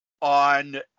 on